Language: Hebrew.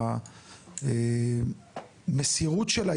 והמסירות שלה,